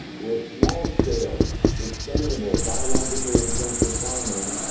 with small-scale, sustainable, biologically-intensive farming,